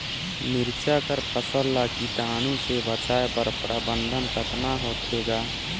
मिरचा कर फसल ला कीटाणु से बचाय कर प्रबंधन कतना होथे ग?